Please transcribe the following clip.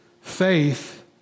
faith